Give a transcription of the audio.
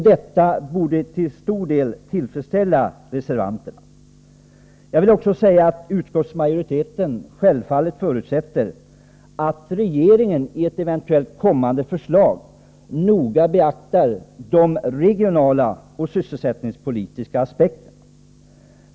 Detta borde till stor del tillfredsställa reservanterna. Jag vill också säga att utskottsmajoriteten självfallet förutsätter att regeringen i ett eventuellt kommande förslag noga beaktar de regionaloch sysselsättningspolitiska aspekterna.